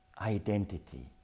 identity